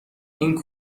این